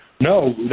No